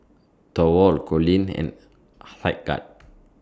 Thorwald Coleen and Hildegard